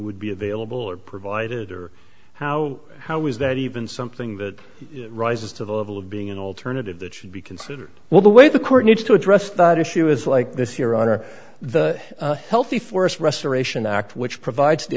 would be available or provided or how how is that even something that rises to the level of being an alternative that should be considered well the way the court needs to address that issue is like this your honor the healthy forest restoration act which provides the